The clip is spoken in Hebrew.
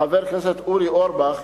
וחבר הכנסת אורי אורבך,